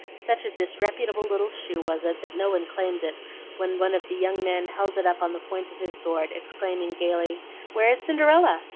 such a disreputable little shoe was it that no one claimed it when one of the young men held it up on the point of his sword, exclaiming gayly where is cinderella?